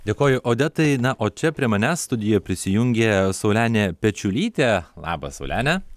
dėkoju odetai na o čia prie manęs studijoj prisijungė saulenė pečiulytė labas saulene